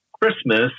Christmas